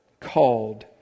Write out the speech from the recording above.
called